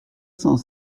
cent